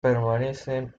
permanecen